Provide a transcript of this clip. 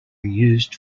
used